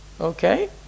Okay